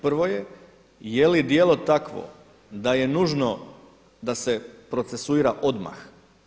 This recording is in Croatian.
Prvo je, je li djelo takvo da je nužno da se procesuira odmah?